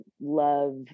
love